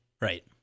Right